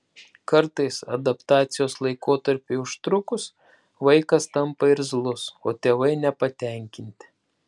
kartais adaptacijos laikotarpiui užtrukus vaikas tampa irzlus o tėvai nepatenkinti